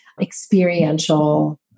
experiential